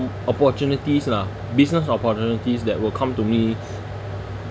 opportunities lah business opportunities that will come to me